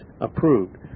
approved